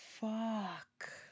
Fuck